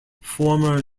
former